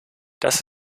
das